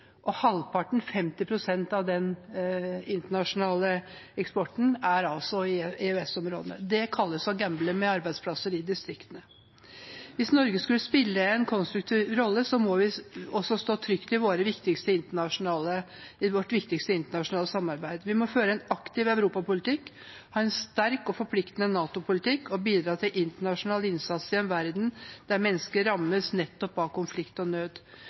og halvparten, 50 pst., av den internasjonale eksporten er i EØS-områdene. Det kalles å gamble med arbeidsplasser i distriktene. Hvis Norge skulle spille en konstruktiv rolle, må vi stå trygt i vårt viktigste internasjonale samarbeid. Vi må føre en aktiv europapolitikk, ha en sterk og forpliktende NATO-politikk og bidra til internasjonal innsats i en verden der mennesker rammes av nettopp konflikt og nød.